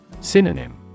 Synonym